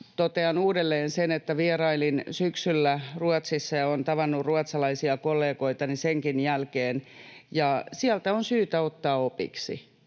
Totean uudelleen sen, että vierailin syksyllä Ruotsissa ja olen tavannut ruotsalaisia kollegoitani senkin jälkeen ja sieltä on syytä ottaa opiksi.